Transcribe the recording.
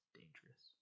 dangerous